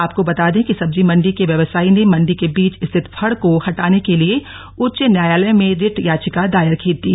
आपको बता दें कि सब्जी मंडी के व्यवसायी ने मंडी के बीच स्थित फड़ को हटाने के लिए उच्च न्यायालय में रिट याचिका दायर की थी